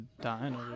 dying